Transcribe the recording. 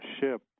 ship